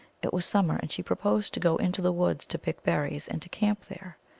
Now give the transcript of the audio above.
it was summer, and she proposed to go into the woods to pick berries, and to camp there.